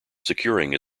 securing